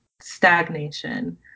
stagnation